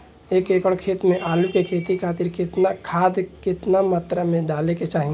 एक एकड़ खेत मे आलू के खेती खातिर केतना खाद केतना मात्रा मे डाले के चाही?